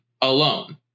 alone